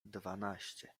dwanaście